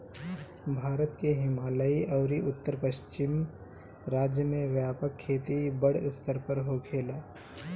भारत के हिमालयी अउरी उत्तर पश्चिम राज्य में व्यापक खेती बड़ स्तर पर होखेला